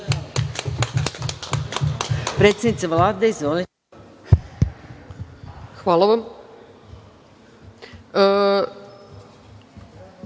hvala vam